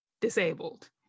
disabled